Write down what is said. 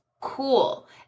cool